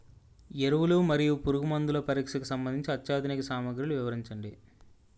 ఎరువులు మరియు పురుగుమందుల పరీక్షకు సంబంధించి అత్యాధునిక సామగ్రిలు వివరించండి?